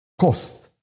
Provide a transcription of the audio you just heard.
cost